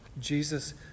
Jesus